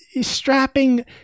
Strapping